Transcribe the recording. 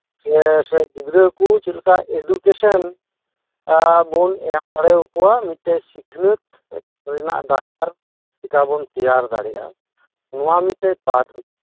ᱥᱮ ᱜᱤᱫᱽᱨᱟᱹ ᱠᱩ ᱪᱮᱫᱞᱮᱠᱟ ᱮᱰᱩᱠᱮᱥᱚᱱ ᱵᱩᱱ ᱮᱢ ᱫᱟᱲᱤᱭᱟᱠᱩᱣᱟ ᱢᱤᱫᱴᱮᱱ ᱥᱤᱠᱷᱱᱟᱹᱛ ᱨᱮᱱᱟᱜ ᱰᱟᱦᱟᱨ ᱪᱮᱠᱟᱵᱩᱱ ᱛᱮᱭᱟᱨ ᱫᱟᱲᱮᱭᱟᱜᱼᱟ ᱱᱚᱣᱟ ᱢᱤᱫᱴᱮᱡ ᱯᱟᱴ